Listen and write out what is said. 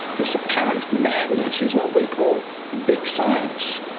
this apparent madness is what we call big science.